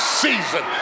season